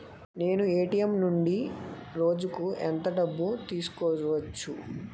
నేను ఎ.టి.ఎం నుండి రోజుకు ఎంత డబ్బు తీసుకోవచ్చు?